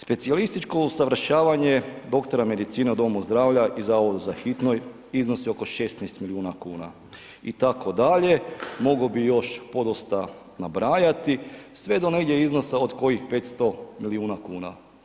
Specijalističko usavršavanje doktora medicine u domu zdravlja i zavodu za hitnoj iznosi oko 16 milijuna kuna, itd., mogo mi još podosta nabrajati sve do negdje iznosa od kojih 500 milijuna kuna.